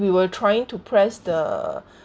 we were trying to press the